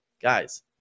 guys